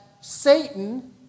Satan